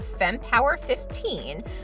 fempower15